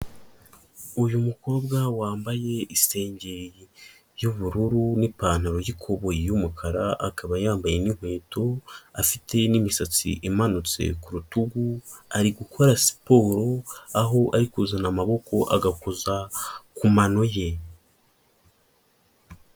Uyu mukobwa wambaye isengeri y'ubururu, n'ipantaro y'ikuboye y'umukara, akaba yambaye nk'inkweto afite n'imisatsi imanutse ku rutugu, ari gukora siporo aho ari kuzana amaboko agakoza ku mano ye.